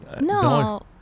No